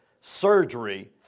surgery